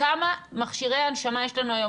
כמה מכשירי הנשמה יש לנו היום?